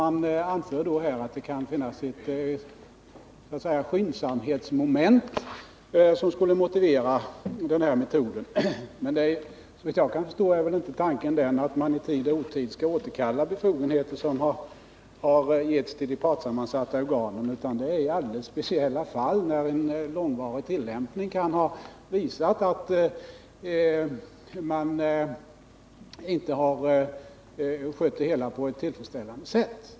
Man anför att det kan finnas ett ”Skyndsamhetsmoment” som skulle motivera den här metoden. Såvitt jag kan förstå är inte tanken den att man i tid och otid skall återkalla befogenheter som har givits till de partssammansatta organen, utan det skall bara göras i speciella fall, när en långvarig tillämpning kan ha visat att de partssammansatta organen inte har skött det hela tillfredsställande.